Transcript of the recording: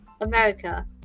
America